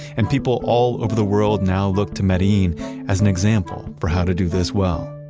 and people all over the world now look to medellin as an example for how to do this well